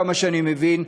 עד כמה שאני מבין,